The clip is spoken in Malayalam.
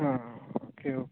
ആ ഓക്കെ ഓക്കെ